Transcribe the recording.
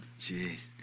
Jeez